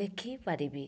ଲେଖି ପାରିବି